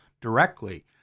directly